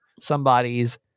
somebody's